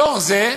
מתוך זה,